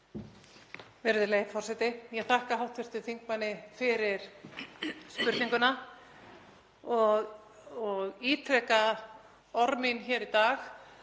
Virðulegi forseti. Ég þakka hv. þingmanni fyrir spurninguna og ítreka orð mín hér í dag